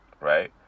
right